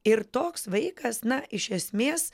ir toks vaikas na iš esmės